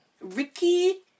Ricky